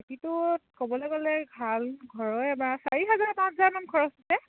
বাকীটোত ক'বলৈ গ'লে ভাল ঘৰৰে বাঁহ চাৰি হাজাৰ পাঁচ হাজাৰমান খৰচ হৈছে